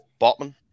Botman